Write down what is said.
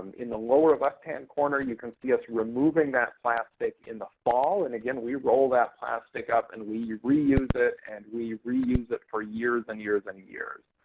in the lower left-hand corner you can see us removing that plastic in the fall. and again, we roll that plastic up and we reuse it, and we reuse it for years and years and years.